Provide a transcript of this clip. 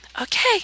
Okay